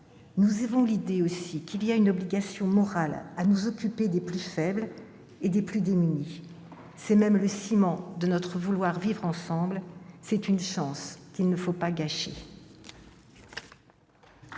Nous avons aussi l'obligation morale de nous occuper des plus faibles et des plus démunis. C'est même le ciment de notre vouloir-vivre ensemble. C'est une chance qu'il ne faut pas gâcher.